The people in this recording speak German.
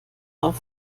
auf